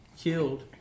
Killed